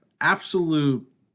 absolute